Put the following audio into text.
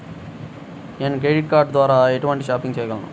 నేను credit card ద్వార ఎటువంటి షాపింగ్ చెయ్యగలను?